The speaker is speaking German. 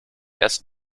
erst